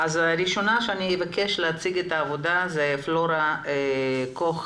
הראשונה שאבקש ממנה להציג היא פלורה קוך